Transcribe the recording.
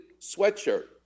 sweatshirt